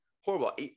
horrible